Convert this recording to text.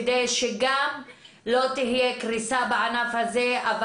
כדי שגם לא תהיה קריסה בענף הזה.